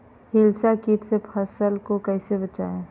हिसबा किट से फसल को कैसे बचाए?